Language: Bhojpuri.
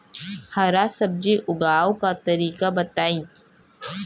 हरा सब्जी उगाव का तरीका बताई?